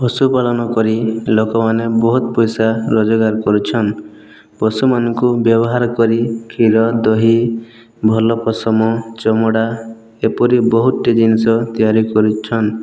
ପଶୁପାଳନ କରି ଲୋକମାନେ ବହୁତ ପଇସା ରୋଜଗାର୍ କରୁଛନ୍ ପଶୁମାନଙ୍କୁ ବ୍ୟବହାର କରି କ୍ଷୀର ଦହି ଭଲ ପଶମ ଚମଡ଼ା ଏପରି ବହୁତଟି ଜିନିଷ ତିଆରି କରୁଛନ୍